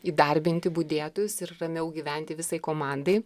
įdarbinti budėtojus ir ramiau gyventi visai komandai